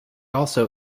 also